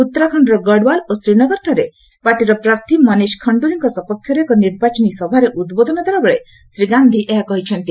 ଉତ୍ତରାଖଣ୍ଡର ଗଡ଼ୱାଲ୍ ଓ ଶ୍ରୀନଗରଠାରେ ପାର୍ଟିର ପ୍ରାର୍ଥୀ ମନିଶ ଖଣ୍ଡୁରୀଙ୍କ ସପକ୍ଷରେ ଏକ ନିର୍ବାଚନୀ ସଭାରେ ଉଦ୍ବୋଧନ ଦେଲାବେଳେ ଶ୍ରୀ ଗାନ୍ଧି ଏହା କହିଛନ୍ତି